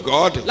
God